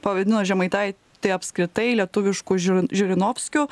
pavadino žemaitaitį apskritai lietuvišku žiuri žirinovskiu